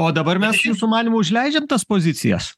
o dabar mes jūsų manymu užleidžiam tas pozicijas